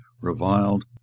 reviled